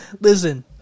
Listen